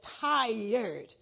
tired